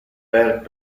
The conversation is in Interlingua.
per